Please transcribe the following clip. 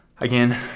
Again